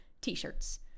t-shirts